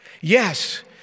Yes